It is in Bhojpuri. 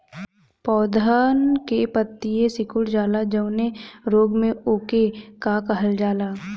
पौधन के पतयी सीकुड़ जाला जवने रोग में वोके का कहल जाला?